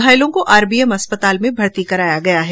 घायलों को आरबीएम अस्पताल में भर्ती कराया गया है